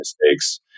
mistakes